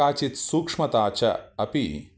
काचित् सूक्ष्मता च अपि